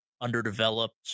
underdeveloped